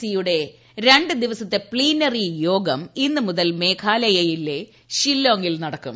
C യുടെ രണ്ട് ദിവസത്തെ പ്തീനറി യോഗം ഇന്ന് മുതൽ മേഘാലയയിലെ ഷില്ലോങിൽ നടക്കും